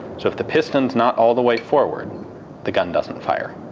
so if the piston's not all the way forward the gun doesn't fire.